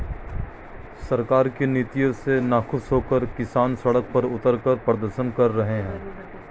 सरकार की नीतियों से नाखुश होकर किसान सड़क पर उतरकर प्रदर्शन कर रहे हैं